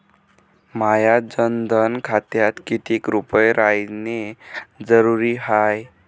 माह्या जनधन खात्यात कितीक रूपे रायने जरुरी हाय?